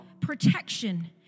protection